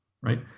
right